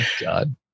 God